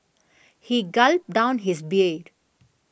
he gulped down his beer